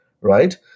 right